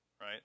Right